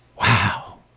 wow